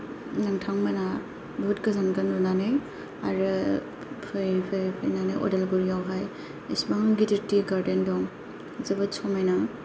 नोंथांमोना बुहुद गोजोनगोन नुनानै आरो फैयै फैयै फैनानै अदालगुरियावहाय इसिबां गिदिर ति गार्देन दं जोबोद समायना